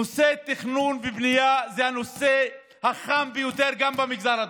נושא התכנון והבנייה הוא הנושא החם ביותר גם במגזר הדרוזי.